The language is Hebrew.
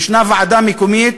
יש ועדה מקומית,